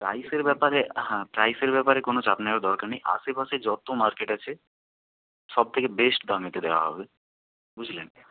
প্রাইসের ব্যাপারে হাঁ প্রাইসের ব্যাপারে কোনো চাপ নেওয়ার দরকার নেই আশেপাশে যতো মার্কেট আছে সব থেকে বেস্ট দামেতে দেওয়া হবে বুঝলেন